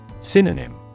Synonym